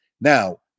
Now